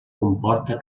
comporta